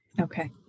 Okay